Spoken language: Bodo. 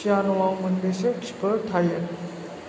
पियान'आव मोनबेसे किफोर थायो